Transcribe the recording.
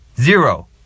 Zero